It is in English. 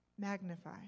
Magnify